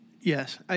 Yes